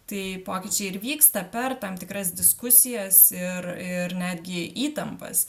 tai pokyčiai ir vyksta per tam tikras diskusijas ir ir netgi įtampas